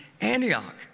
Antioch